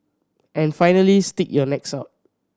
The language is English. and finally stick your necks out